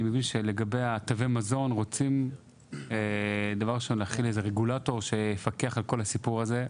אני מבין שרוצים להחיל איזה רגולטור שיפקח על תווי המזון.